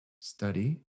study